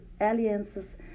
alliances